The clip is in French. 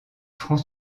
franc